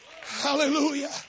Hallelujah